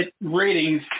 ratings